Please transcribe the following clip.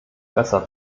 besser